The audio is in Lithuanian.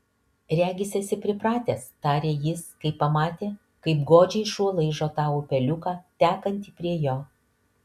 regis esi pripratęs tarė jis kai pamatė kaip godžiai šuo laižo tą upeliuką tekantį prie jo